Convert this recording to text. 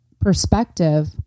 perspective